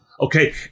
okay